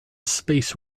space